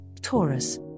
Taurus